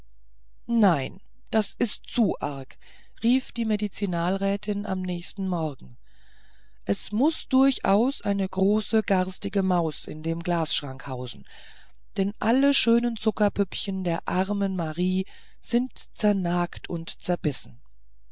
nein das ist zu arg rief die medizinalrätin am andern morgen es muß durchaus eine große garstige maus in dem glasschrank hausen denn alle schönen zuckerpüppchen der armen marie sind zernagt und zerbissen